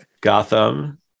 Gotham